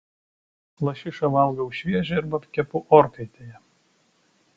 lašišą valgau šviežią arba kepu orkaitėje